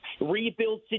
rebuild